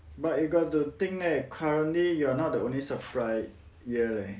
but you got to think leh currently you are not the only supply here leh